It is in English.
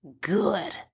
good